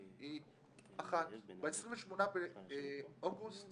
היא אחת: ב-28 באוגוסט